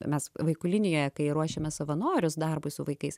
mes vaikų linijoje kai ruošiame savanorius darbui su vaikais